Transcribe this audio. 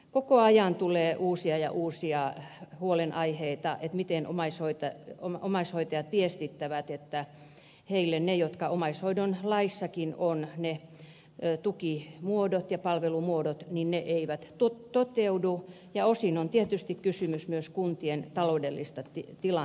koko ajan tulee uusia ja uusia huolenaiheita kun omaishoitajat viestittävät että heille ne tukimuodot ja palvelumuodot jotka omaishoidon laissakin ovat eivät toteudu ja osin on tietysti kysymys myös kuntien taloudellisesta tilanteesta